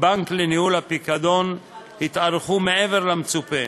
בנק לניהול הפיקדון התארכו מעבר למצופה,